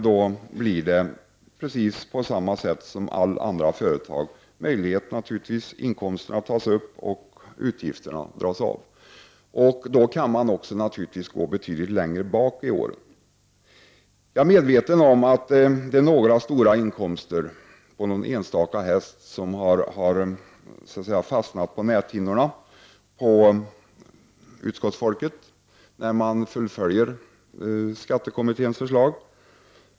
På precis samma sätt som för alla andra företag tas då inkomsterna upp och dras utgifterna av. Då kan man naturligtvis gå betydligt längre bakåt i åren. Jag är medveten om att det är några stora inkomster på någon enstaka häst som fastnat på näthinnorna på utskottsfolket när man fullföljt skattekommitténs förslag.